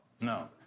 no